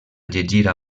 llegir